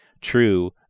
true